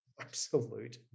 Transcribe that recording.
Absolute